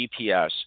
gps